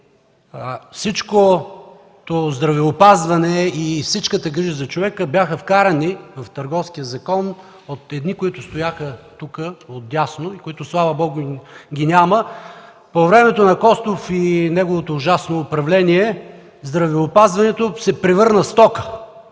всичкото здравеопазване и цялата грижа за човека бяха вкарани в Търговския закон от едни, които стояха тук, отдясно, и които, слава Богу, ги няма. По времето на Костов и неговото ужасно управление здравеопазването се превърна в стока.